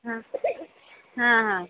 हां हां हां